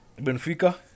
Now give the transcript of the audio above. Benfica